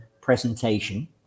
presentation